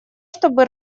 чтобы